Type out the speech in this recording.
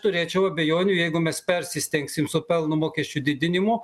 turėčiau abejonių jeigu mes persistengsim su pelno mokesčio didinimu